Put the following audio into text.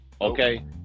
Okay